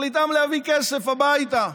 תכליתן להביא כסף הביתה.